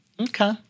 Okay